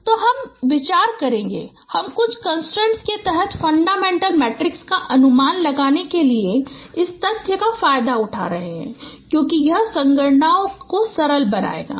तो हम विचार करेंगे हम कुछ कंस्ट्रेंट्स के तहत फंडामेंटल मैट्रिक्स का अनुमान लगाने के लिए इस तथ्य का फायदा उठा रहे हैं क्योंकि यह संगणना को सरल बनाएगा